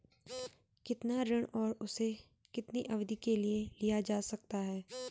कितना ऋण और उसे कितनी अवधि के लिए लिया जा सकता है?